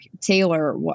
Taylor